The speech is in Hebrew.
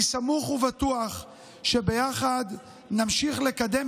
אני סמוך ובטוח שביחד נמשיך לקדם,